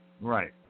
Right